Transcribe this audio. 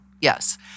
Yes